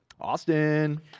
Austin